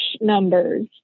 numbers